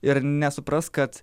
ir nesupras kad